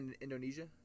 Indonesia